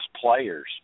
players